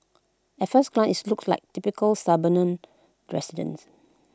at first glance IT looks like typical suburban residence